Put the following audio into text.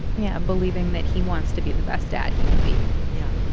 yeah. believing that he wants to be the best dad he can be yeah.